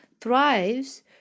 thrives